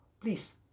please